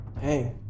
Hey